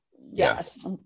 Yes